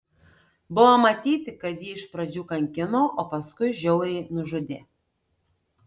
buvo matyti kad jį iš pradžių kankino o paskui žiauriai nužudė